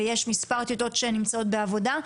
ויש מספר כיתות שנמצאות בעבודה.